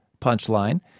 punchline